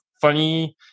funny